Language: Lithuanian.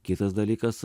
kitas dalykas